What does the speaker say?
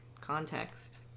Context